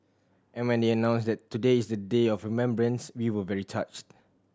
and when they announced that today is a day of remembrance we were very touched